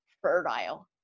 fertile